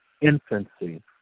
infancy